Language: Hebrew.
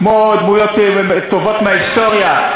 כמו דמויות טובות מההיסטוריה,